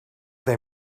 they